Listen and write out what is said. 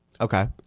Okay